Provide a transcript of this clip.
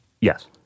Yes